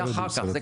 זה כבר אחר כך,